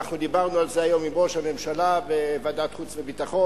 דיברנו על זה היום עם ראש הממשלה בוועדת חוץ וביטחון.